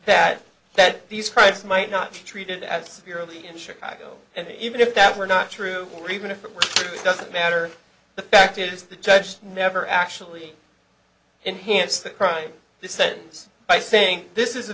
bad that these crimes might not be treated as severely in chicago and even if that were not true or even if it doesn't matter the fact is the judge had never actually enhanced the crime this sentence by saying this is a